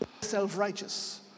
self-righteous